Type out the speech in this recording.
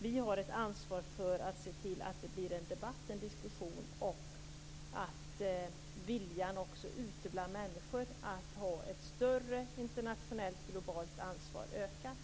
Vi har ett ansvar för att se till att det blir en debatt och en diskussion och att viljan också ute bland människor för ett större internationellt globalt ansvar ökar.